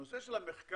הנושא של המחקר,